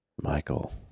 Michael